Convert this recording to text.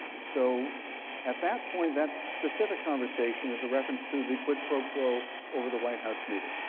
so at that point, that specific conversation is a reference to the quick so quote over the white house meeting.